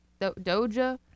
Doja